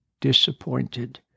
disappointed